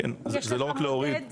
יש לך --- זה לא רק להוריד.